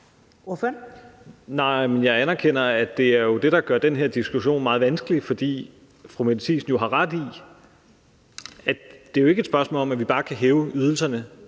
det jo er det, der gør den her diskussion meget vanskelig. For fru Mette Thiesen har ret i, at det ikke er et spørgsmål om, at vi bare kan hæve ydelserne,